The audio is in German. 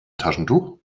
taschentuch